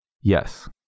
Yes